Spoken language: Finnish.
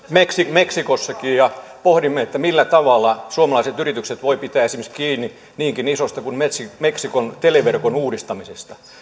meksikossakin ja pohdimme millä tavalla suomalaiset yritykset voivat pitää kiinni esimerkiksi niinkin isosta työstä kuin meksikon televerkon uudistamisesta